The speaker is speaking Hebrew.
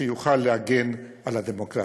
שיוכל להגן על הדמוקרטיה.